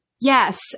Yes